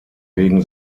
wegen